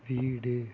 வீடு